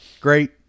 great